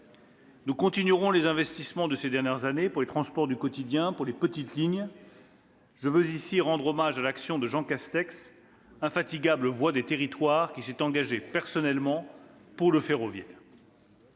Nous continuerons les investissements de ces dernières années dans les transports du quotidien et dans les petites lignes. Je tiens ici à rendre hommage à l'action de Jean Castex, infatigable voix des territoires, qui s'est engagé personnellement pour le ferroviaire.